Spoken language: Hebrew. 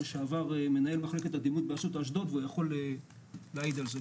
לשעבר מנהל מחלקת הדימות באסותא אשדוד והוא יכול להעיד על זה,